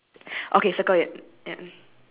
cause mine one is